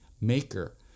maker